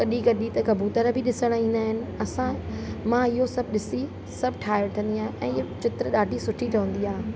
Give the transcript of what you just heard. कॾहिं कॾहिं त कबूतर बि ॾिसणु ईंदा आहिनि असां मां इहो सभु ॾिसी सभु ठाहे वठंदी आहियां ऐं इअ चित्र ॾाढी सुठी ठहंदी आहे